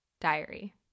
Diary